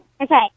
Okay